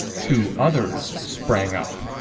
two others sprang up.